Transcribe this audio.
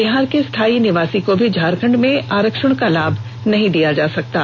बिहार के स्थायी निवासी को भी झारखंड में आरक्षण का लाभ नहीं दिया जा सकता है